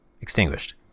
Extinguished